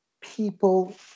people